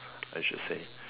I should say